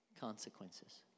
consequences